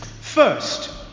First